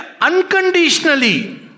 unconditionally